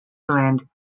blend